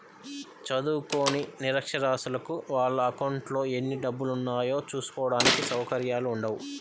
చదువుకోని నిరక్షరాస్యులకు వాళ్ళ అకౌంట్లలో ఎన్ని డబ్బులున్నాయో చూసుకోడానికి సౌకర్యాలు ఉండవు